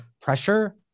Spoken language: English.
pressure